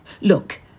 Look